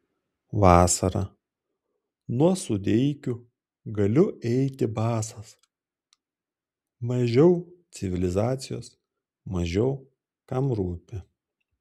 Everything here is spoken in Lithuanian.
vasarą nuo sudeikių galiu eiti basas mažiau civilizacijos mažiau kam rūpi